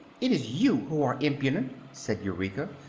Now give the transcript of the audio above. it is you who are impudent, said eureka,